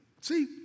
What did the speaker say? See